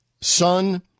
son